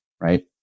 right